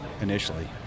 initially